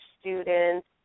students